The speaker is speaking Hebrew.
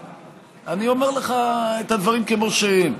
אני אומר לך את הדברים כמו שהם,